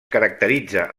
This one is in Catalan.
caracteritza